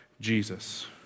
Jesus